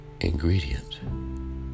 ingredient